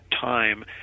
time